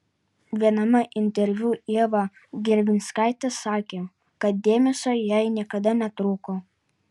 viename interviu ieva gervinskaitė sakė kad dėmesio jai niekada netrūko